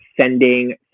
sending